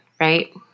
right